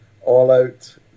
all-out